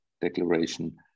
declaration